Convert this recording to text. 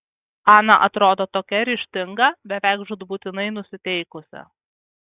ana atrodo tokia ryžtinga beveik žūtbūtinai nusiteikusi